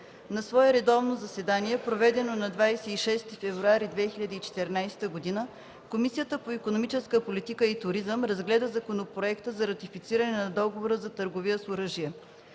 На свое редовно заседание, проведено на 26 февруари 2014 г., Комисията по икономическата политика и туризъм разгледа Законопроекта за ратифициране на Договора за търговия с оръжие.